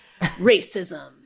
racism